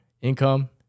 income